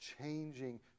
changing